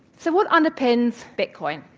so, what underpins bitcoin?